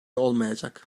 olmayacak